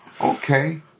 Okay